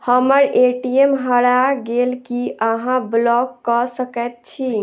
हम्मर ए.टी.एम हरा गेल की अहाँ ब्लॉक कऽ सकैत छी?